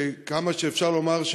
כמה שאפשר לומר,